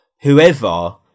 whoever